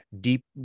deep